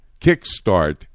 kickstart